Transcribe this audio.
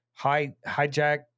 Hijack